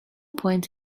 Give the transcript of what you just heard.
point